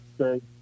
Okay